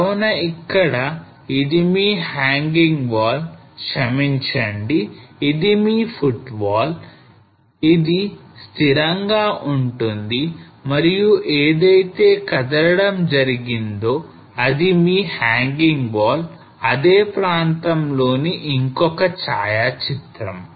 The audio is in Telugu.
కావున ఇక్కడ ఇది మీ hanging wall క్షమించండి ఇది మీ footwall ఇది స్థిరంగా ఉంటుంది మరియు ఏదైతే కదలడం జరిగిందో అది మీ hanging wall అదే ప్రాంతంలో ని ఇంకొక ఛాయాచిత్రం